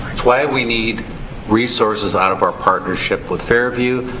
it's why we need resources out of our partnership with fairview.